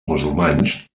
musulmans